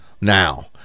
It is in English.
now